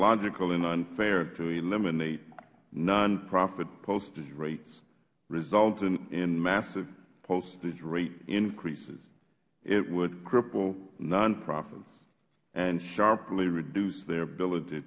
logical and unfair to eliminate nonprofit postage rates resulting in massive postage rate increases it would cripple nonprofits and sharply reduce their ability